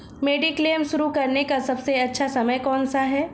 Mediclaim शुरू करने का सबसे अच्छा समय कौनसा है?